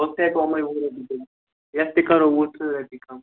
ہُتھ تہِ ہٮ۪کو یِمَے وُہ رۄپیہِ کٔرِتھ یَتھ تہِ کرو وُہ تٕرٛہ رۄپیہِ کم